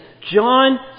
John